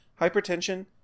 hypertension